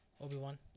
Obi-Wan